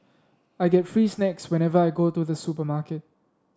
I get free snacks whenever I go to the supermarket